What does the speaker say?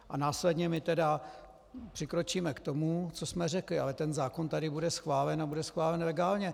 A následně my tedy přikročíme k tomu, co jsme řekli, ale ten zákon tady bude schválen a bude schválen legálně.